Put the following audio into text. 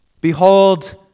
Behold